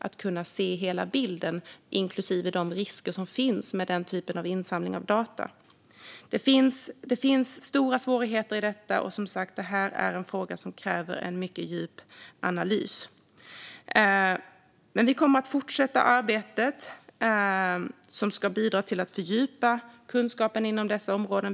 Att kunna se hela bilden inklusive de risker som finns med den typen av insamling av data är ett väldigt stort ansvar att lägga på den enskilde. Det finns stora svårigheter i detta, och det är som sagt en fråga som kräver en mycket djup analys. Vi kommer att fortsätta arbetet som ska bidra till att fördjupa kunskapen inom detta område.